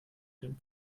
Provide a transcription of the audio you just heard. dem